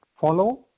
follow